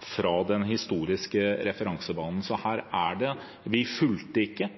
fra den historiske referansebanen. Vi fulgte ikke